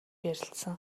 ярилцсан